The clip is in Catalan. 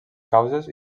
causes